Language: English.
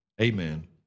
amen